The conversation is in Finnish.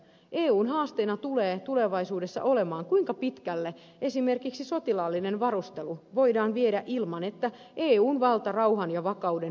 eun haasteena tulee tulevaisuudessa olemaan kuinka pitkälle esimerkiksi sotilaallinen varustelu voidaan viedä ilman että eun valta rauhan ja vakauden viejänä vaarantuu